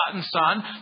son